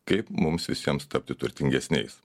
kaip mums visiems tapti turtingesniais